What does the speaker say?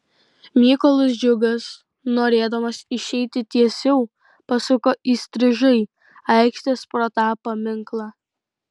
mykolas džiugas norėdamas išeiti tiesiau pasuko įstrižai aikštės pro tą paminklą